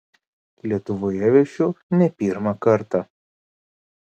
lietuvoje viešiu ne pirmą kartą